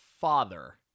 father